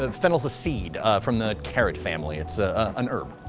ah fennel is a seed from the carrot family, it's ah an herb.